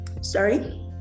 sorry